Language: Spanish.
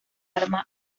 arma